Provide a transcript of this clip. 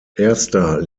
erster